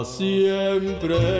siempre